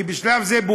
כי בשלב זה,